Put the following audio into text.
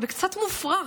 קצת מופרע,